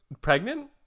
pregnant